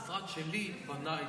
המשרד שלי בנה אצטדיון.